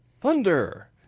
Thunder